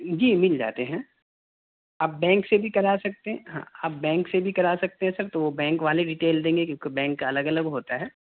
جی مل جاتے ہیں آپ بینک سے بھی کرا سکتے ہیں ہاں آپ بینک سے بھی کرا سکتے ہیں سر تو وہ بینک والے ڈٹیئل دیں گے سر کیونکہ بینک کا الگ الگ ہوتا ہے